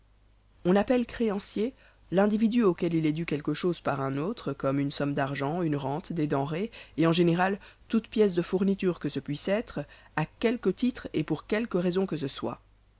on appelle créancier l'individu auquel il est dû quelque chose par un autre comme une somme d'argent une rente des denrées et en général toutes pièces de fournitures que ce puisse être à quelque titre et pour quelque cause que ce soit